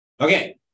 Okay